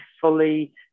fully